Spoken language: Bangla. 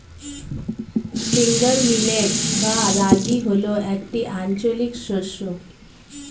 ফিঙ্গার মিলেট বা রাগী হল একটি আঞ্চলিক শস্য